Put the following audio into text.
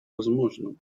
возможным